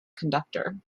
conductor